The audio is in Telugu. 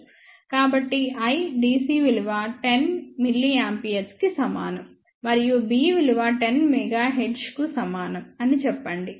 కాబట్టి I dc విలువ 10 mA కి సమానం మరియు B విలువ 10 MHz కు సమానం అని చెప్పండి